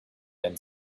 then